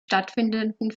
stattfindenden